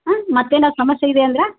ಹಾಂ ಮತ್ತೇನಾರು ಸಮಸ್ಯೆ ಇದೆ ಏನರ